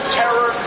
terror